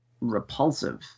repulsive